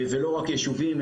לא רק ליישובים,